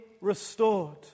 restored